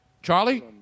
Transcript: Charlie